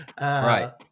right